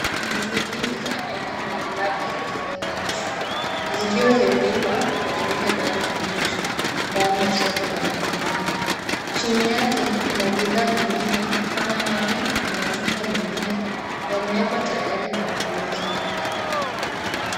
Ndizi nyingi za aina mbalimbali zimeunganishwa, zikiwa zimeiva na zingine bado ni mbichi, ndani ya soko la matunda. Chini yake, kuna bidhaa nyingine kama nyanya na matunda mengine, yamewekwa tayari kwa kuuzwa.